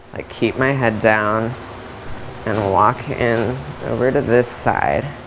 i keep my head down and walk in over to this side,